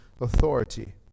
authority